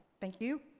thank you.